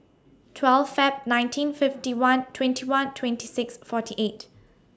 twelve Feb nineteen fifty one twenty one twenty six forty eight